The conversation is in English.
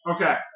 Okay